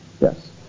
Yes